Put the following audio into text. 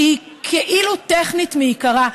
שהיא כאילו טכנית מעיקרה,